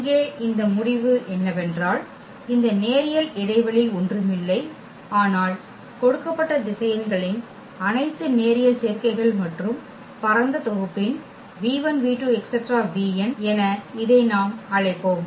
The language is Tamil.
இங்கே இந்த முடிவு என்னவென்றால் இந்த நேரியல் இடைவெளி ஒன்றுமில்லை ஆனால் கொடுக்கப்பட்ட திசையன்களின் அனைத்து நேரியல் சேர்க்கைகள் மற்றும் பரந்த தொகுப்பின் என இதை நாம் அழைப்போம்